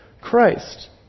Christ